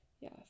Yes